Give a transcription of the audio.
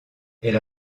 elle